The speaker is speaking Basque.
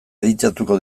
editatuko